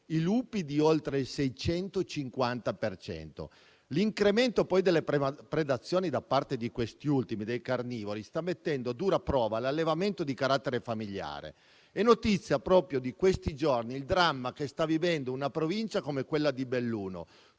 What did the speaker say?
i lupi di oltre il 650; l'incremento delle predazioni da parte di questi ultimi, dei carnivori, sta mettendo a dura prova l'allevamento di carattere familiare. È notizia di questi giorni il dramma che sta vivendo una provincia come quella di Belluno,